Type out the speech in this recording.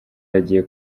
yagiye